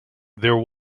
there